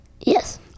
Yes